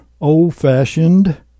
old-fashioned